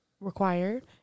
required